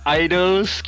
idols